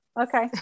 Okay